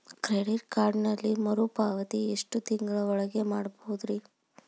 Credit ಕಾರ್ಡಿನಲ್ಲಿ ಮರುಪಾವತಿ ಎಷ್ಟು ತಿಂಗಳ ಒಳಗ ಮಾಡಬಹುದ್ರಿ?